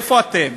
איפה אתם?